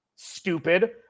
Stupid